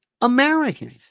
Americans